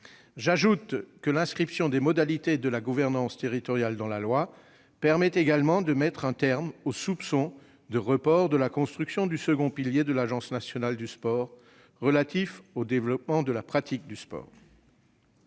J'ajoute que l'inscription des modalités de la gouvernance territoriale dans la loi permet également de mettre un terme au soupçon de report de la construction du second pilier de l'Agence nationale du sport relatif au développement de la pratique du sport.